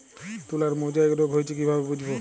তুলার মোজাইক রোগ হয়েছে কিভাবে বুঝবো?